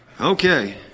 Okay